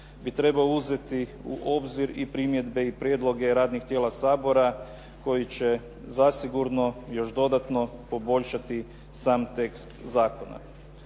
bi trebao uzeti u obzir i primjedbe i prijedloge radnih tijela Sabora koji će zasigurno još dodatno poboljšati sam tekst zakona.